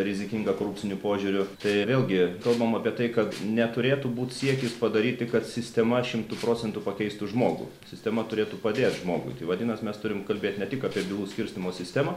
rizikinga korupciniu požiūriu tai vėlgi kalbam apie tai kad neturėtų būt siekis padaryti kad sistema šimtu procentų pakeistų žmogų sistema turėtų padėt žmogui vadinasi mes turime kalbėt ne tik apie bylų skirstymo sistemą